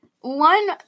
One